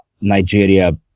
Nigeria